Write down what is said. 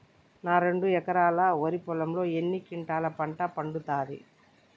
నా రెండు ఎకరాల వరి పొలంలో ఎన్ని క్వింటాలా పంట పండుతది?